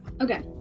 Okay